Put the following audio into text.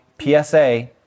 PSA